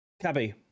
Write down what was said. Cabby